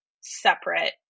separate